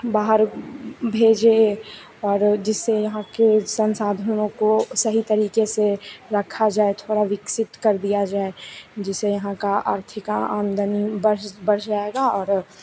बाहर भेजे और जिससे यहाँ के संसाधनों को सही तरीके से रखा जाए थोड़ा विकसित कर दिया जाए जिसे यहाँ का आर्थिक आमदनी बढ़ जाएगा और